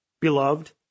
beloved